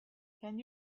can